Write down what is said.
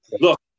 look